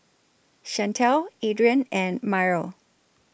Shantel Adrain and Myrl